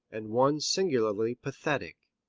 and one singularly pathetic.